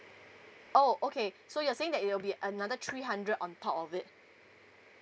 oh okay so you are saying that it will be another three hundred on top of it